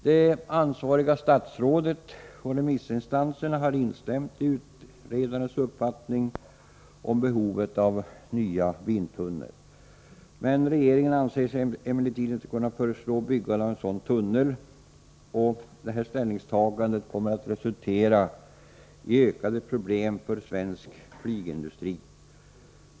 Det ansvariga statsrådet och remissinstanserna har instämt i utredarens uppfattning om behovet av nya vindtunnlar. Regeringen anser sig emellertid inte kunna föreslå byggande av en sådan tunnel. Detta ställningstagande kommer att resultera i ökade problem för svensk flygindustri.